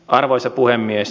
arvoisa puhemies